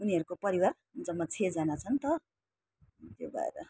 उनीहरूको परिवार जम्मा छजना छ नि त त्यही भएर